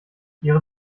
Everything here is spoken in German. ihre